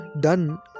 done